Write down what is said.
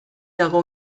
dago